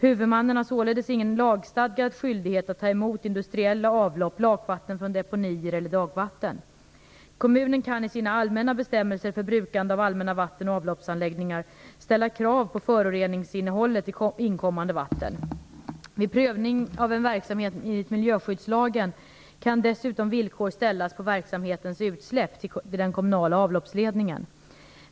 Huvudmannen har således ingen lagstadgad skyldighet att emot industriella avlopp, lakvatten från deponier eller dagvatten. Kommunen kan i sina allmänna bestämmelser för brukande av allmänna vatten och avloppsanläggningar ställa krav på föroreningsinnehållet i inkommande vatten. Vid prövning av en verksamhet enligt miljöskyddslagen kan dessutom villkor ställas på verksamhetens utsläpp till den kommunala avloppsledningen.